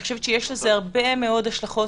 יש לזה הרבה מאוד השלכות,